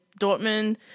Dortmund